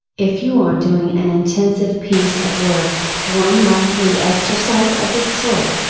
if you are doing an intensive piece of work, one monthly exercise of this sort,